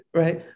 right